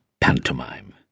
pantomime